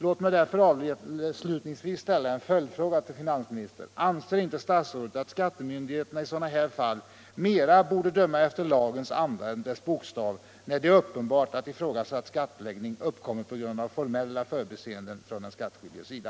Låt mig därför avslutningsvis ställa en följdfråga till finansministern: Anser inte statsrådet att skattemyndigheterna i sådana här fall mera borde döma efter lagens anda än efter dess bokstav, när det är uppenbart att ifrågasatt skattläggning uppkommit på grund av formella förbiseenden från den skattskyldiges sida?